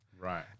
Right